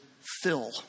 fill